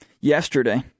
Yesterday